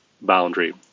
boundary